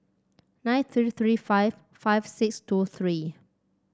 nine three three five five six two three